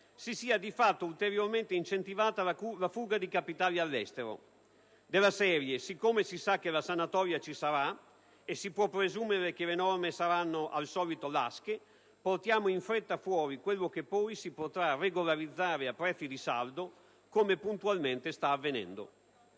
si sia di fatto ulteriormente incentivata la fuga di capitali all'estero. Della serie: siccome si sa che la sanatoria ci sarà, e si può presumere che le norme saranno al solito lasche, portiamo in fretta fuori quello che poi si potrà regolarizzare a prezzi di saldo, come puntualmente sta avvenendo.